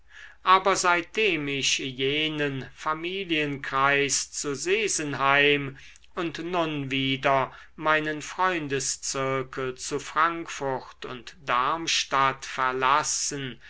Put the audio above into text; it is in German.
aber seitdem ich jenen familienkreis zu sesenheim und nun wieder meinen freundeszirkel zu frankfurt und darmstadt verlassen